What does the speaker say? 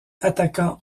attaquant